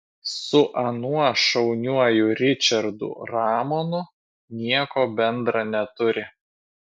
su anuo šauniuoju ričardu ramonu nieko bendra neturi